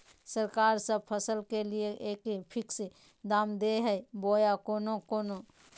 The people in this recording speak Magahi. सरकार सब फसल के लिए एक फिक्स दाम दे है बोया कोनो कोनो?